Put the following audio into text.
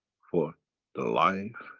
for the life,